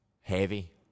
heavy